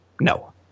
No